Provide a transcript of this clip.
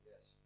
Yes